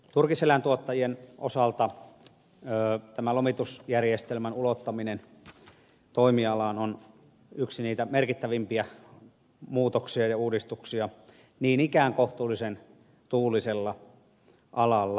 turkiseläintuottajien osalta tämä lomitusjärjestelmän ulottaminen toimialaan on yksi niitä merkittävimpiä muutoksia ja uudistuksia niin ikään kohtuullisen tuulisella alalla